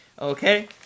Okay